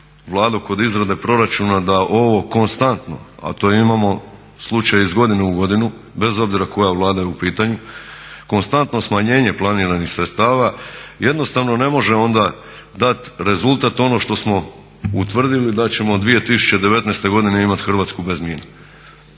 Vladu kod izrade proračuna da ovo konstantno, a to imamo slučaj iz godine u godinu, bez obzira koja Vlada je u pitanju, konstantno smanjenje planiranih sredstava jednostavno ne može onda dat rezultat, ono što smo utvrdili da ćemo 2019. godine imat Hrvatsku bez mina.